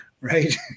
Right